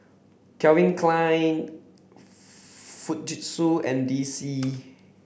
Calvin Klein Fujitsu and D C